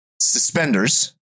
Suspenders